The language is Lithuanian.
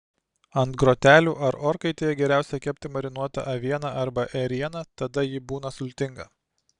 ant grotelių ar orkaitėje geriausiai kepti marinuotą avieną arba ėrieną tada ji būna sultinga